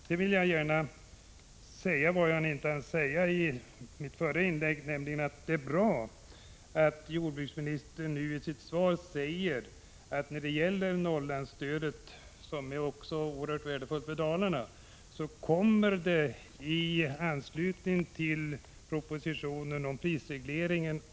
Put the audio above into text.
Sedan vill jag gärna säga det som jag inte hann säga i mitt förra inlägg, nämligen att det är bra att jordbruksministern nu i sitt svar säger att det beträffande Norrlandsstödet, som även är oerhört värdefullt för Dalarna, kommer att ske en förändring i anslutning till propositionen om prisregleringen.